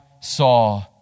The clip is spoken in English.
saw